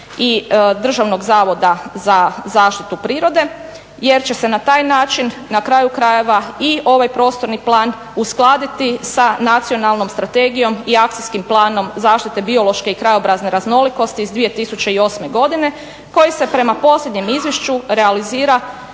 i Državnog zavoda za zaštitu prirode jer će se na taj način na kraju krajeva i ovaj prostorni plan uskladiti sa Nacionalnom strategijom i Akcijskim planom zaštite biološke i krajobrazne raznolikosti iz 2008. godine koji se prema posljednjem izvješću realizira